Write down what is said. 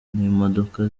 n’imodoka